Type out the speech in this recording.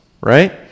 right